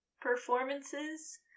performances